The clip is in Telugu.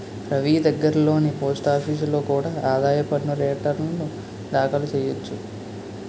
రవీ దగ్గర్లోని పోస్టాఫీసులో కూడా ఆదాయ పన్ను రేటర్న్లు దాఖలు చెయ్యొచ్చు